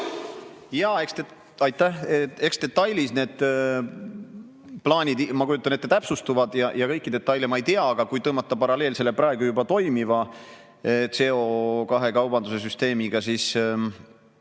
Aitäh! Eks need plaanid, ma kujutan ette, täpsustuvad. Ja kõiki detaile ma ei tea. Aga kui tõmmata paralleel selle praegu juba toimiva CO2-kaubanduse süsteemiga, siis